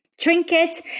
trinkets